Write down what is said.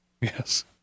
Yes